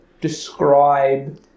describe